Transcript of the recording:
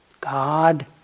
God